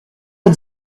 had